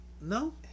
no